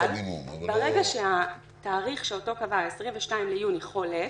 ברגע שהתאריך שאותו קבע 22 ליוני חולף,